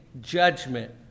judgment